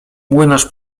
młynarz